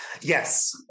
Yes